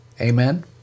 Amen